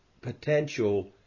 potential